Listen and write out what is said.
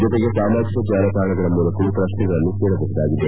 ಜೊತೆಗೆ ಸಾಮಾಜಿಕ ಜಾಲತಾಣಗಳ ಮೂಲಕವೂ ಪ್ರಕ್ನೆಗಳನ್ನು ಕೇಳಬಹುದಾಗಿದೆ